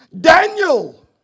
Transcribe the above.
Daniel